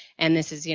and this is, you